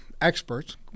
experts